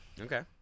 Okay